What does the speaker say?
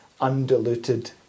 undiluted